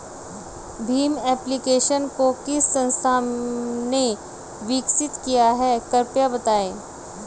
Bhim application को किस संस्था ने विकसित किया है कृपया बताइए?